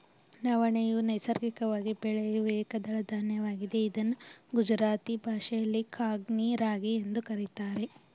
ನವಣೆಯು ನೈಸರ್ಗಿಕವಾಗಿ ಬೆಳೆಯೂ ಏಕದಳ ಧಾನ್ಯವಾಗಿದೆ ಇದನ್ನು ಗುಜರಾತಿ ಭಾಷೆಯಲ್ಲಿ ಕಾಂಗ್ನಿ ರಾಗಿ ಎಂದು ಕರಿತಾರೆ